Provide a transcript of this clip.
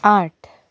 आठ